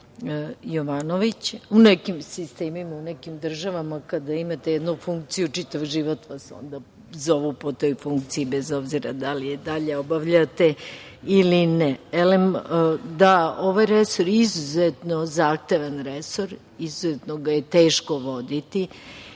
Jovanović.U nekim sistemima, u nekim državama kada imate jednu funkciju, čitav život vas onda zovu po toj funkciji, bez obzira da li je dalje obavljate ili ne. Da, ovaj resor je izuzetno zahtevan resor i izuzetno ga je teško voditi